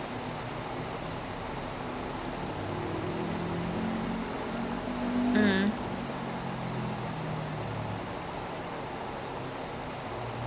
but then at the same time if you ask me like what is the tastiest food I had right then I was at chennai once and chennai there's this one restaurant called tuck ship